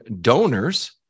donors